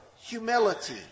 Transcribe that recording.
humility